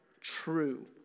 true